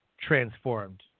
transformed